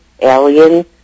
alien